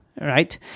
right